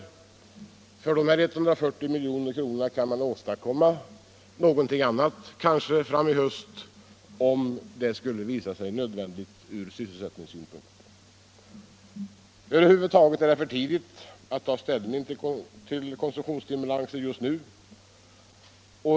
Men för dessa 140 milj.kr. kan man åstadkomma någonting annat framöver, om det skulle visa sig nödvändigt från sysselsättningssynpunkt. Över huvud taget är det för tidigt att nu ta ställning till konsumtionsstimulanser.